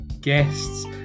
guests